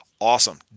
awesome